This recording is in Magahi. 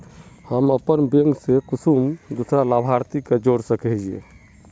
हम अपन बैंक से कुंसम दूसरा लाभारती के जोड़ सके हिय?